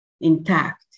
intact